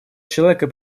человека